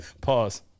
Pause